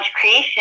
creation